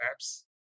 apps